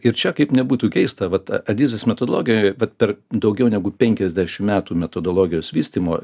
ir čia kaip nebūtų keista vat adizės mitologijoje vat per daugiau negu penkiasdešimt metų metodologijos vystymo